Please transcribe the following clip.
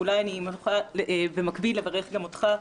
ואולי אני רוצה במקביל לברך גם אותך,